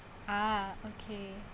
ah okay